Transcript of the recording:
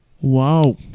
Wow